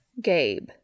Gabe